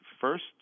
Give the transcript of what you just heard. first